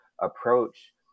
approach